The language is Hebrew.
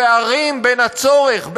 הפערים בין הצורך,